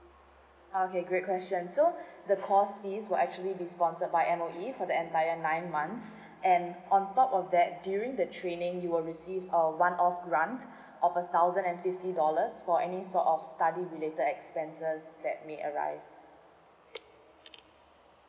okay great question so the cost fees will actually be sponsored by M_O_E for the entire nine months and on top of that during the training you will receive a one off grant of a thousand and fifty dollars for any sort of studying related expenses that may arise